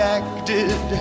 acted